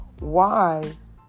wise